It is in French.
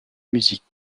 musique